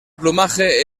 plumaje